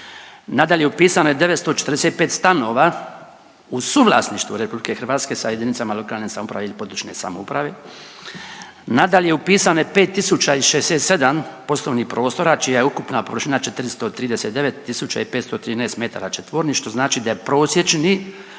Nadalje, upisano je 945 stanova u suvlasništvu Republike Hrvatske sa jedinicama lokalne samouprave ili područne samouprave. Nadalje, upisano je 5067 poslovnih prostora čija je ukupna površina 439 tisuća i 513 metara četvornih što znači da je prosječni